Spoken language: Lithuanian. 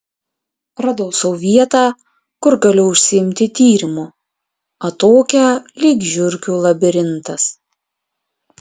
radau sau vietą kur galiu užsiimti tyrimu atokią lyg žiurkių labirintas